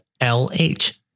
LH